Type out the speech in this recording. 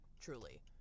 Truly